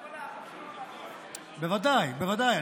אתה יכול לחזור, בוודאי, בוודאי.